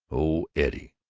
oh eddie.